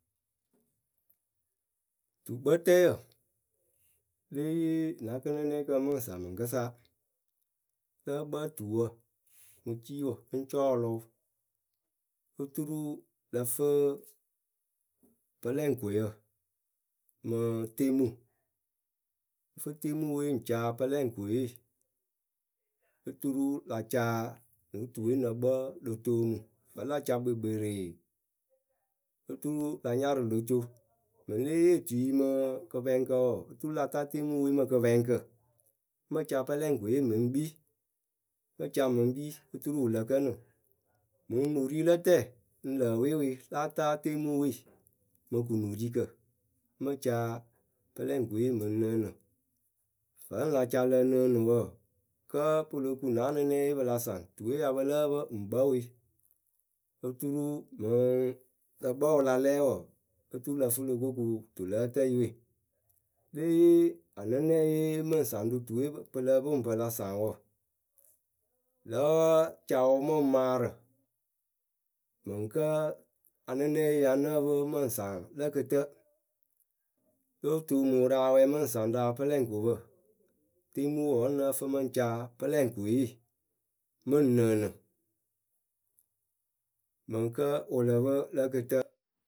Tukpǝtǝyǝ lée yee na kɨnɨnɛkǝ mɨ ŋ saŋ mɨŋkɨsa Lǝ́ǝ kpǝ tuwǝ mɨ ciiwǝ ŋ cɔɔlʊ wɨ, oturu lǝ fǝ pɨlɛŋkoyǝ. mɨ temuu,ŋ fɨ temu we ŋ ca pɨlɛŋko ye Oturu la ca no tuwe ŋ nǝ kpǝ lo toomu. Vǝ́ la ca kpekperee. oturu la nyarɨ lo co. Mɨŋ lée yee tui mɨ kɨpɛŋkǝ wɔɔ oturu la ta temuuwe mɨ kɨpɛŋkǝ, ŋ mɨ ca pɨlɛŋkoye mɨ ŋ kpii.,ŋ mɨ ca mɨ ŋ kpii oturu wɨ lǝ kǝnɨŋ. Mɨŋ nurilǝtǝǝ ŋ lǝǝwe we, láa ta temu we mɨ kɨnurikǝ ŋ mɨ ca pɨlɛŋkoye mɨ ŋ nɨɨnɨ. Vǝ́ la ca lǝnɨɨnɨ wɔɔ. kǝ́ǝ pɨ lo kuŋ na anɨnɛye pɨ la saŋ, tuuwe pɨ ya pɨ lǝ́ǝ pɨ ŋ kpǝ we. oturu mɨŋ lǝ kpǝ wɨ la lɛɛ wɔɔ, oturu lǝ fɨ lo ko ku tulǝǝtǝyɨ we Lée yee anɨnɛye mɨ ŋ saŋ rɨ tuwe pɨ lǝ pɨ ŋwɨ pɨ la saŋ wǝ. lǝ́ǝ a ca wɨ mɨ ŋ maarɨ Mɨŋ kǝ́ anɨnɛye ya nǝ́ǝ pɨ mɨ ŋ saŋ lǝ kɨtǝ Lóo toomuu rɨ awɛ mɨ ŋ saŋ rɨ apɨlɛŋkopǝ, temuwǝ wǝ́ ŋ nǝ́ǝ fɨ mɨ ŋ ca pɨlɛŋko ye mɨ ŋ nɨɨnɨ Mɨŋ kǝ́ wɨ lǝ pɨ lǝ kɨtǝ.